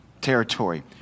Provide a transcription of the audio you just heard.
territory